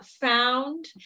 found